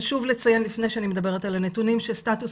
חשוב לציין לפני שאני מדברת על הנתונים שסטטוס